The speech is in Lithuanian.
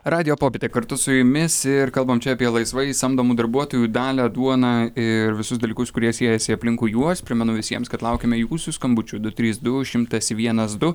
radijo popietė kartu su jumis ir kalbam čia apie laisvai samdomų darbuotojų dalią duoną ir visus dalykus kurie siejasi aplinkui juos primenu visiems kad laukiame jūsų skambučių du trys du šimtas vienas du